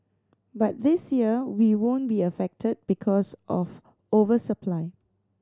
but this year we won't be affected because of over supply